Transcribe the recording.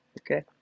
Okay